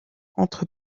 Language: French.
entre